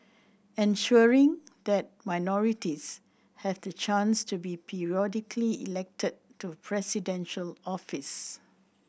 ensuring that minorities have the chance to be periodically elected to Presidential office